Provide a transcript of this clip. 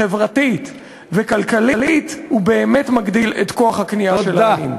חברתית וכלכלית הוא באמת מגדיל את כוח הקנייה של העניים.